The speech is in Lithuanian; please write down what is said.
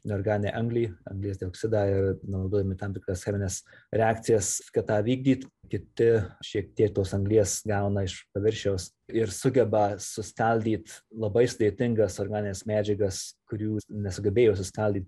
neorganinę anglį anglies dioksidą ir naudodami tam tikras chemines reakcijas kad tą vykdyt kiti šiek tiek tos anglies gauna iš paviršiaus ir sugeba suskaldyt labai sudėtingas organines medžiagas kurių nesugebėjo suskaldyt